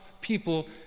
people